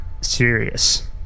serious